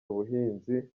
ubuhinzi